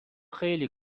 خیلی